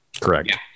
Correct